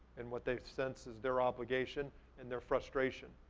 and what they sense is their obligation and their frustration.